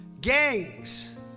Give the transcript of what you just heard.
Gangs